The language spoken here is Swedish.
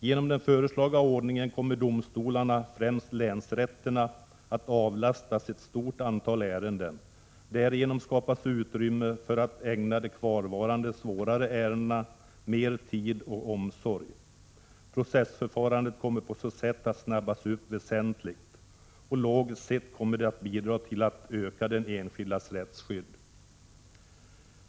Genom den föreslagna ordningen kommer domstolarna — främst länsrätterna —att avlastas ett stort antal ärenden. Därigenom skapas utrymme för att ägna de kvarvarande svårare ärendena mer tid och omsorg. Processförfarandet kommer på så sätt att snabbas upp väsentligt. Logiskt sett kommer detta att bidra till att öka de enskildas rättsskydd.